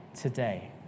Today